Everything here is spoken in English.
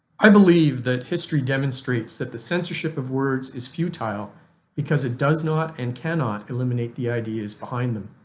i believe that history demonstrates that the censorship of words is futile because it does not and cannot eliminate the ideas behind them.